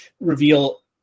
reveal